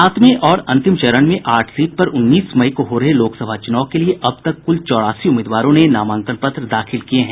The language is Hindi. सातवें और अंतिम चरण में आठ सीट पर उन्नीस मई को हो रहे लोकसभा चुनाव के लिए अब तक कुल चौरासी उम्मीदवारों ने नामांकन पत्र दाखिल किये हैं